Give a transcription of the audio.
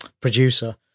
producer